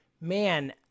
man